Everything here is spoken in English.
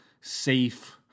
safe